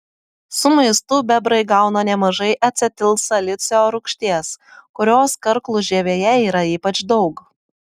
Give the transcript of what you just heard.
su maistu bebrai gauna nemažai acetilsalicilo rūgšties kurios karklų žievėje yra ypač daug